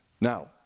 Now